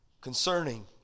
concerning